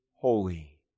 holy